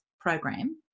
program